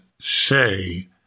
say